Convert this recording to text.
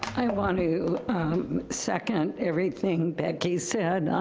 i want to second everything becky said.